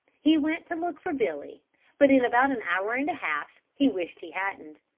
he went to look for billy but in about an hour and a half he wished he hadn't,